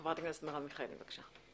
חברת הכנסת מרב מיכאלי, בבקשה.